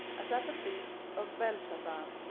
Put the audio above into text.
as at the feast of belshazzar.